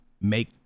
make